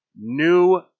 New